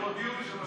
הם הודיעו שהם משכו,